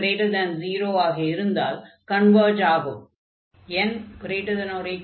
n0 ஆக இருந்தால் converge ஆகும் என்பதாக ஒரு முடிவு கிடைக்கும்